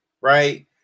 right